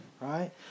right